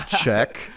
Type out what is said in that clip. check